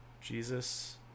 Jesus